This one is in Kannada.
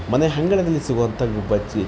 ಮನೆ ಅಂಗಳದಲ್ಲಿ ಸಿಗುವಂಥ ಗುಬ್ಬಚ್ಚಿ